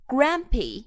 Grumpy